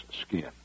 skin